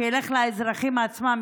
שילך לאזרחים עצמם,